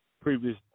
previous